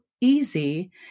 easy